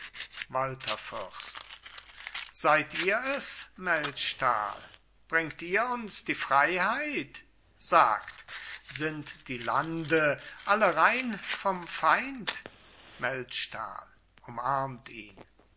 walther fürst seid ihr es melchtal bringt ihr uns die freiheit sagt sind die lande alle rein vom feind melchtal umarmt ihn